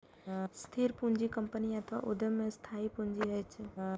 स्थिर पूंजी कंपनी अथवा उद्यम के स्थायी पूंजी होइ छै